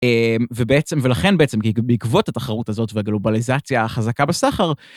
ולכן בעצם בעקבות התחרות הזאת והגלובליזציה החזקה בסחר...